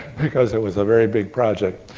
because it was a very big project.